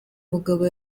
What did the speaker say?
mugabo